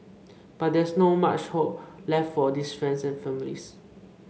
but there's no much hope left for these friends and families